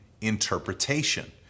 interpretation